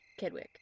Kedwick